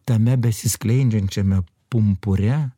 tame besiskleidžiančiame pumpure